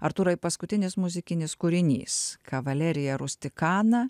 artūrai paskutinis muzikinis kūrinys kavalerija rustikana